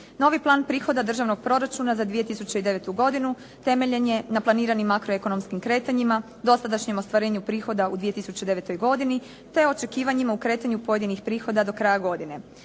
Novi plan prihoda Državnog proračuna za 2009. godinu temeljem je na planiranim makroekonomskim kretanjima, dosadašnjem ostvarenju prihoda u 2009. godini te očekivanjima u kretanju pojedinih prihoda do kraja godine.